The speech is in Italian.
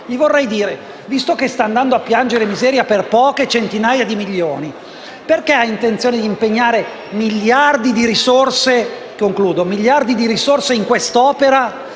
domanda. Visto che sta andando a piangere miseria per poche centinaia di milioni, perché ha intenzione di impegnare miliardi di risorse in questa opera